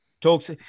talks